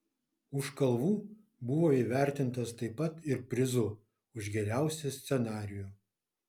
už kalvų buvo įvertintas taip pat ir prizu už geriausią scenarijų